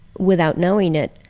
without knowing it,